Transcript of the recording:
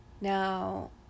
Now